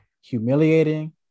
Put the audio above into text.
humiliating